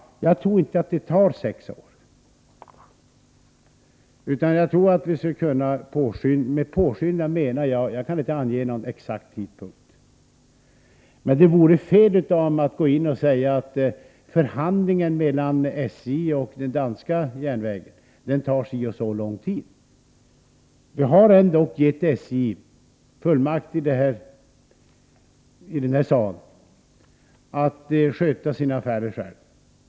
Jag tror inte att det tar sex år, utan jag tror att vi skall kunna påskynda det. Jag kan inte ange någon exakt tidpunkt, och det vore fel av mig att säga att förhandlingarna mellan SJ och den danska järnvägen tar si och så lång tid. Vi har i den här salen gett SJ fullmakt att sköta sina affärer själva.